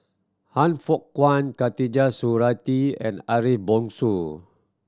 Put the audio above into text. Han Fook Kwang Khatijah Surattee and Ariff Bongso